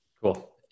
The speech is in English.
Cool